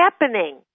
happening